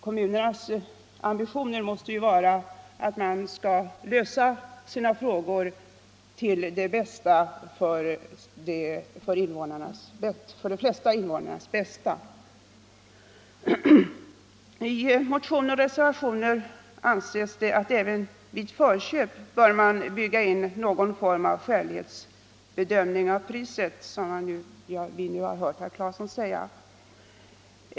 Kommunernas ambitioner måste vara att lösa problemen till de flesta invånarnas bästa. I motioner och reservationer framhålls att även ett förköp bör bygga på någon form av skälighetsbedömning av priset, vilket vi också har hört herr Claeson säga.